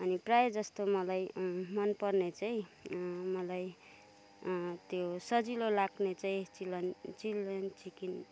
अनि प्रायः जस्तो मलाई मनपर्ने चाहिँ मलाई त्यो सजिलो लाग्ने चाहिँ चिलन चिली चिकन